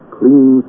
clean